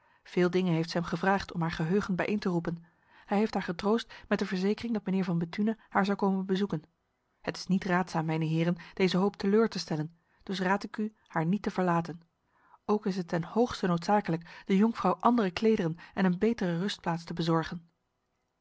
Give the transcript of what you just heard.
veel dingen heeft zij hem gevraagd om haar geheugen bijeen te roepen hij heeft haar getroost met de verzekering dat mijnheer van bethune haar zou komen bezoeken het is niet raadzaam mijne heren deze hoop teleur te stellen dus raad ik u haar niet te verlaten ook is het ten hoogste noodzakelijk de jonkvrouw andere klederen en een betere rustplaats te bezorgen